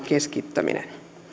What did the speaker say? keskittäminen